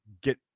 get